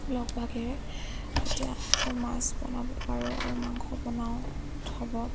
লগ ভাগেৰে এতিয়া মাছ বনাব পাৰোঁ আৰু মাংসও বনাওঁ